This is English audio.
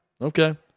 Okay